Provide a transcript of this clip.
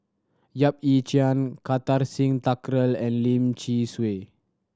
Yap Ee Chian Kartar Singh Thakral and Lim Swee Say